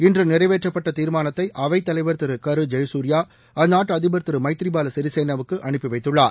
இன்று நிறைவேற்றப்பட்ட தீர்மானத்தை அவைத்தலைவர் திரு கரு ஜெயகுர்யா அந்நாட்டு அதிபர் திரு மைத்ரிபால சிறிசேனாவுக்கு அனுப்பி வைத்துள்ளார்